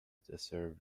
deserve